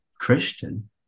Christian